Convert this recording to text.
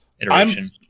iteration